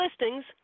listings